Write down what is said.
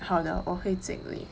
好的我会尽力